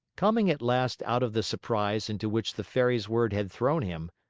coming at last out of the surprise into which the fairy's words had thrown him,